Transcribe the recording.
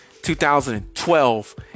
2012